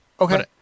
Okay